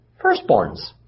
firstborns